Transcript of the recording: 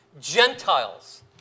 Gentiles